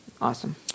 Awesome